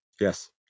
Yes